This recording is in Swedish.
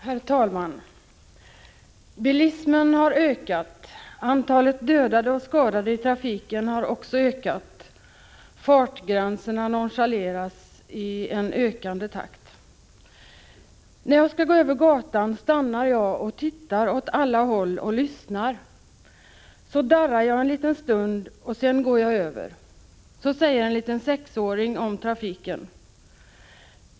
Herr talman! Bilismen har ökat. Antalet dödade och skadade i trafiken har också ökat. Fartgränserna nonchaleras i ökande takt. ”När jag skall gå över gatan stannar jag och tittar åt alla håll och lyssnar. Så darrar jag en liten stund och sedan går jag över.” Så säger en liten sexåring om trafiken.